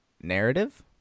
narrative